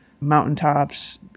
mountaintops